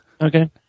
Okay